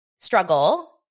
Struggle